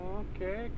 okay